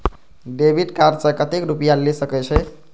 Debit card से कतेक रूपया ले सके छै?